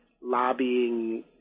lobbying